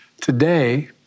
Today